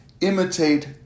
imitate